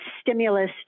stimulus